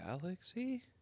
Galaxy